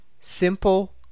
simple